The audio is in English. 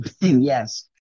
Yes